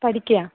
പഠിക്കുകയാ